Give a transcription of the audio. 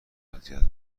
اذیت